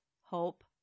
hope